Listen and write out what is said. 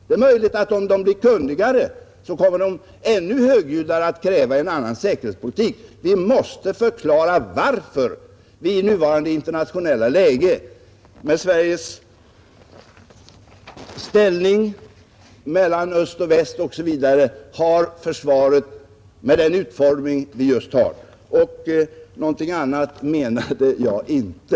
Det är möjligt att om medborgarna blir mera kunniga, så kommer de ännu högljuddare att kräva en annan säkerhetspolitik. Vi måste förklara varför vi i nuvarande internationella läge, med Sveriges ställning mellan öst och väst osv., har just den utformning av försvaret som vi har. Någonting annat menade jag inte.